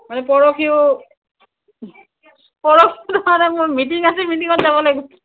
মানে পৰহিও পৰহি মানে মোৰ মিটিং আছে মিটিঙত যাব লাগিব